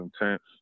intense